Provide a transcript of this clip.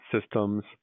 systems